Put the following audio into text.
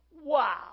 Wow